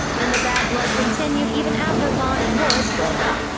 and the bad blood continued even after vonn and woods broke up.